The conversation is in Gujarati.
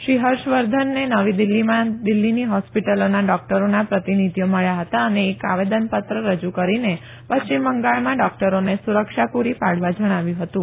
શ્રી હર્ષવર્ધનને નવી દિલ્હીમાં દિલ્હીની હોસ્પિટલોના ડોક્ટરોના પ્રતિનિધીઓ મળ્યા હતા અને એક આવેદનપત્ર રજુ કરીને પશ્ચિમ બંગાળમાં ડોકટરોને સુરક્ષા પૂરી પાડવા જણાવ્યું હતું